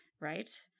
Right